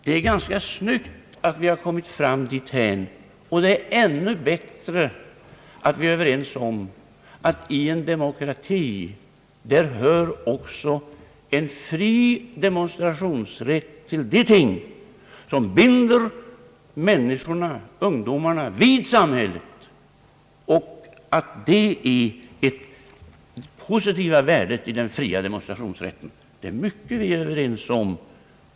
Det är förnämligt att vi har kommit så långt i debatten, och ännu bättre att vi är överens om att i en demokrati hör en fri demonstrationsrätt också till de ting som sammanbinder människorna — och ungdomarna — med samhället. Detta är den fria demonstrationsrättens positiva värde. Det är mycket vi är överens om.